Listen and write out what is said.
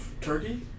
Turkey